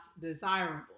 desirable